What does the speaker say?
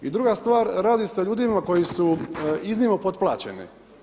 A druga stvar, radi se o ljudima koji su iznimno potplaćeni.